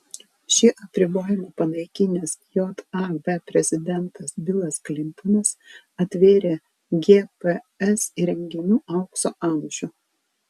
šį apribojimą panaikinęs jav prezidentas bilas klintonas atvėrė gps įrenginių aukso amžių